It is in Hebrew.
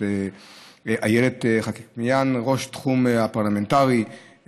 שהם איילת חקמיאן, ראש תחום פרלמנטרי,